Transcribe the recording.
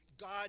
God